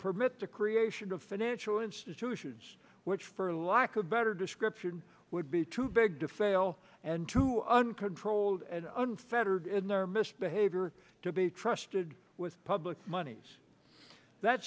permit the creation of financial institutions which for lack of better description would be too big to fail and too uncontrolled and unfettered in their misbehavior to be trusted with public monies that